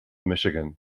michigan